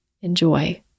enjoy